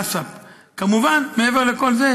HACCP. מעבר לכל זה,